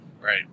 Right